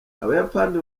abayapani